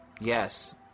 Yes